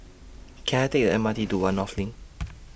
Can I Take The M R T to one North LINK